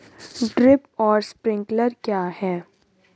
Drip और sprinkler क्या हैं?